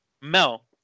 Mel